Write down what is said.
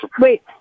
wait